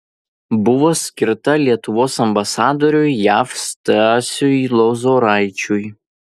buvo skirta lietuvos ambasadoriui jav stasiui lozoraičiui